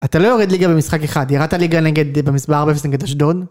אתה לא יורד ליגה במשחק אחד, ירדת ליגה ב4-0 נגד אשדוד?